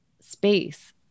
space